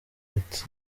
ati